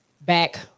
back